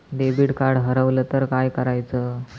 Debit card हरवल तर काय करायच?